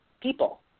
people